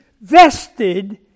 vested